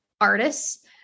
artists